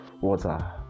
water